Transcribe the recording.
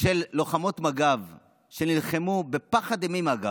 של לוחמות מג"ב שנלחמו בפחד אימים, אגב,